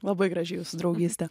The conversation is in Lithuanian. labai graži jūsų draugystė